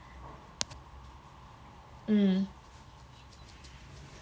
mm